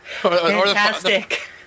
Fantastic